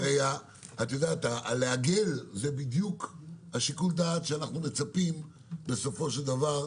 הרי לעגל זה בדיוק שיקול הדעת שאנחנו מצפים בסופו של דבר,